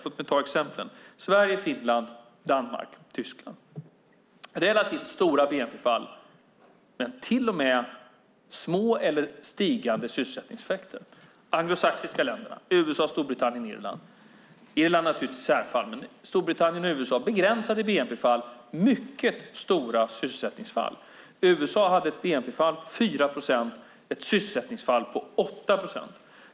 Låt mig ta exemplen: Sverige, Finland, Danmark och Tyskland har haft relativt stora bnp-fall men små eller till och med stigande sysselsättningseffekter. De anglosaxiska länderna, det vill säga USA och Storbritannien - Irland är naturligtvis ett särfall - har haft begränsade bnp-fall men mycket stora sysselsättningsfall. USA hade ett bnp-fall på 4 procent men ett sysselsättningsfall på 8 procent.